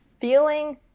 feeling